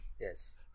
Yes